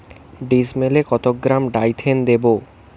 ডিস্মেলে কত গ্রাম ডাইথেন দেবো?